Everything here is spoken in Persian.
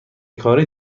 کاری